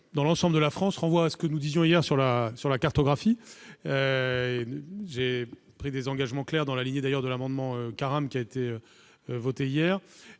dans l'ensemble de la France renvoie à ce que nous disions hier sur la cartographie. J'ai pris des engagements clairs, dans la lignée de l'amendement présenté par M. Karam qui a été voté hier.